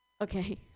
Okay